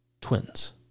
twins